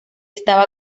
estaba